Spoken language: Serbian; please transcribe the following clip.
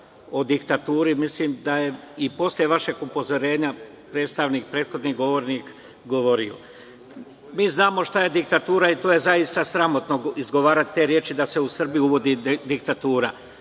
o diktaturi. Mislim da je i posle vašeg upozorenja prethodni govornik govorio. Znamo šta je diktatura. Zaista je sramotno izgovarati reči da se u Srbiji uvodi diktatura.